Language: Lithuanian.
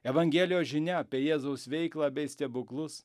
evangelijos žinia apie jėzaus veiklą bei stebuklus